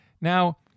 Now